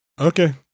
Okay